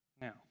Now